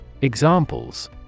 Examples